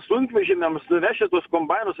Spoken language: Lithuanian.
sunkvežimiams suvežti tuos kombainus